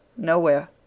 nowhere.